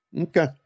Okay